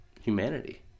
humanity